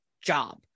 job